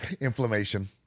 inflammation